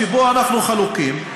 שבו אנחנו חלוקים,